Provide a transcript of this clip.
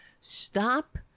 Stop